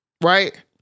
right